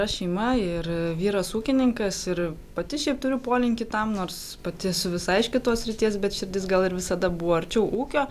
ta šeima ir vyras ūkininkas ir pati šiaip turi polinkį tam nors pati esu visai iš kitos srities bet širdis gal ir visada buvo arčiau ūkio